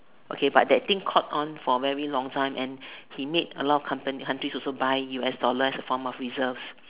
okay but that thing caught on for very long time and he made a lot of companies until also buy U_S dollars as a form of reserve